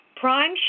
prime